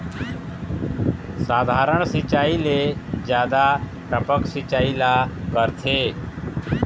साधारण सिचायी ले जादा टपक सिचायी ला करथे